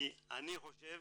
כי אני חושב